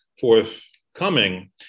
forthcoming